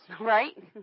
Right